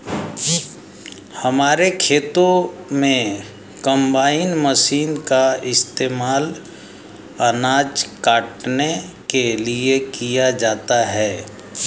हमारे खेतों में कंबाइन मशीन का इस्तेमाल अनाज काटने के लिए किया जाता है